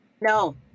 No